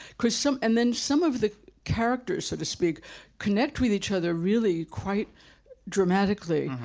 because some, and then some of the characters so to speak connect with each other really quite dramatically,